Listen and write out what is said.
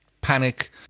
panic